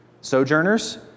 sojourners